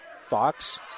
Fox